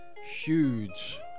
Huge